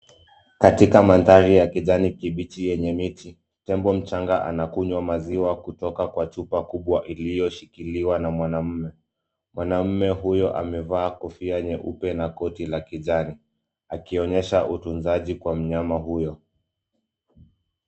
Katika mandhari ya kijijini kibichi yenye miti, tembo mchanga anakunywa maziwa kutoka kwa chupa kubwa iliyoshikiliwa na mwanamume. Mwanamume huyo amevaa kofia nyeupe na koti la kijani akionyesha utunzaji wa kwa mnyama huyo.